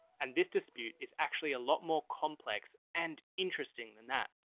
and this dispute is actually a lot more complex and interesting than that.